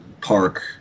park